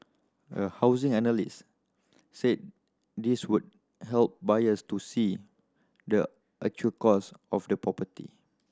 a housing analyst said this will help buyers to see the actual cost of the property